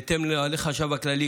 בהתאם לנוהלי החשב הכללי,